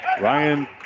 Ryan